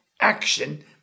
action